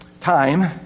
time